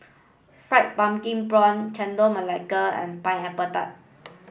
fried pumpkin prawn Chendol Melaka and pineapple tart